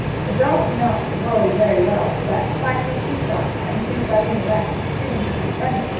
the dog did not whoa very well, but finally he stopped, and sue got in the wagon, sitting behind bunny.